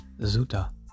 Zuta